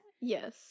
yes